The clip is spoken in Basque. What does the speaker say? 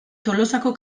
tolosako